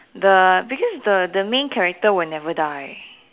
the because the the main character will never die